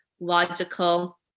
logical